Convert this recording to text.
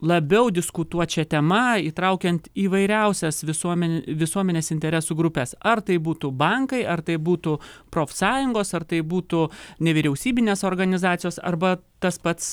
labiau diskutuot šia tema įtraukiant įvairiausias visuomen visuomenės interesų grupes ar tai būtų bankai ar tai būtų profsąjungos ar tai būtų nevyriausybinės organizacijos arba tas pats